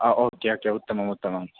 ओ okay okay उत्तमम् उत्तमं